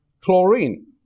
chlorine